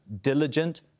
diligent